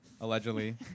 Allegedly